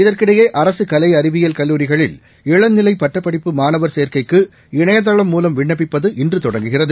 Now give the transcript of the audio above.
இதற்கிடையேஅரசுகலைஅறிவியல் கல்லூரிகளில் இளநிலைபட்டப்படிப்பு மாணவர் சேர்க்கைக்கு இணையதளம் மூலம் விண்ணப்பிப்பது இன்றுதொடங்குகிறது